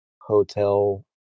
hotel